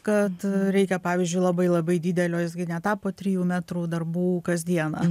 kad reikia pavyzdžiui labai labai didelio jis gi netapo trijų metrų darbų kasdieną